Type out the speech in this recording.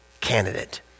candidate